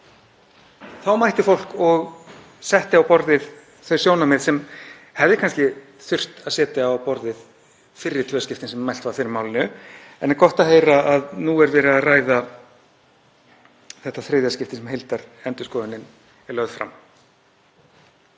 Þá mætti fólk og setti á borðið þau sjónarmið sem hefði kannski þurft að setja á borðið í fyrri tvö skiptin sem mælt var fyrir málinu en er gott að heyra að nú er verið að ræða þetta í þriðja skipti sem heildarendurskoðunin er lögð fram.